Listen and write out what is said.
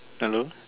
hello